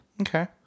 Okay